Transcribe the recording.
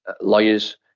lawyers